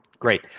Great